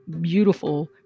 beautiful